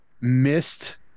missed